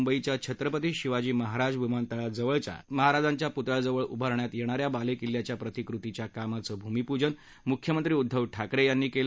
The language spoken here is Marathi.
मुंबईच्या छत्रपती शिवाजी महाराज विमानतळाजवळच्या महाराजांच्या पुतळ्याजवळ उभारण्यात येणा या बालेकिल्याच्या प्रतिकृतीच्या कामाचं भूमीपूजन मुख्यमंत्री उद्दव ठाकरे यांनी केलं